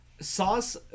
sauce